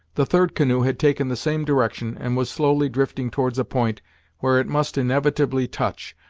the third canoe had taken the same direction, and was slowly drifting towards a point where it must inevitably touch,